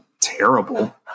terrible